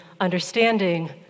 understanding